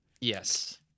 yes